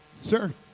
Sir